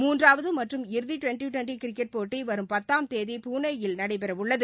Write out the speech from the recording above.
மூன்றாவது மற்றும் இறுதி டிவென்டி டிவென்டி கிரிக்கெட் போட்டி வரும் பத்தாம் தேதி புனேயில் நடைபெற உள்ளது